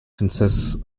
consists